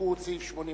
תבדקו את סעיף 88(ז).